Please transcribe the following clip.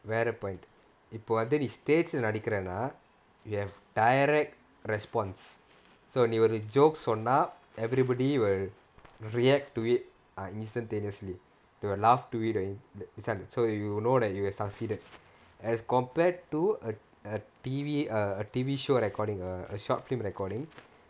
வேற:vera point இப்போ வந்து நீ:ippo vanthu nee stage நடிக்குறேன்னா:nadikuraennaa you have direct response so நீ ஒரு:nee oru jokes சொன்னா:sonna everybody will react to it ah instantaneously they will laugh to it so you know that you have succeeded as compared to err a T_V a T_V show recording a short film recording